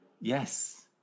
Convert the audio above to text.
yes